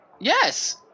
Yes